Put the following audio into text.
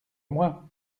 moi